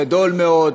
גדול מאוד,